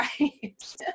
right